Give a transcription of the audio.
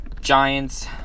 Giants